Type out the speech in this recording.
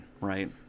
right